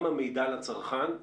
גם המידע לצרכן,